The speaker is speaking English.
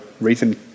reason